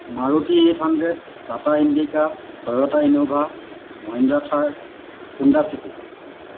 Maruti eight hundred Tata Indica Toyota Innova Mahindra Thar Honda city